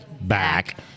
back